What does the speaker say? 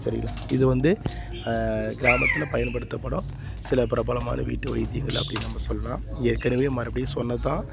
சரிங்களா இதை வந்து கிராமத்தில் பயன்படுத்தப்படும் சில பிரபலமான வீட்டு வைத்தியங்கள் அப்படி நம்ம சொல்லலாம் ஏற்கனவே மறுப்படி சொன்னது தான்